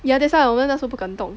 ya that's why 我们那时候不敢动